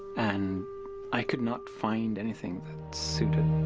and i could not find anything that suited